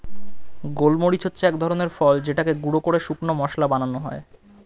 গোলমরিচ হচ্ছে এক ধরনের ফল যেটাকে গুঁড়ো করে শুকনো মসলা বানানো হয়